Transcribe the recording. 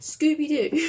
Scooby-Doo